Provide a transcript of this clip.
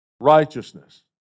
Righteousness